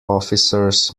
officers